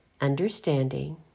understanding